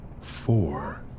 four